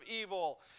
evil